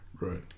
right